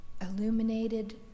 illuminated